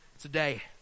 today